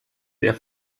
der